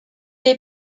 est